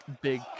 big